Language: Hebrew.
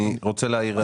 אני רוצה להעיר הערה.